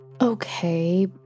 Okay